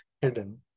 hidden